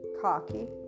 cocky